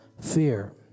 Fear